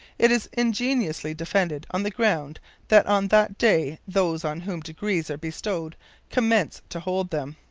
it is ingeniously defended on the ground that on that day those on whom degrees are bestowed commence to hold them.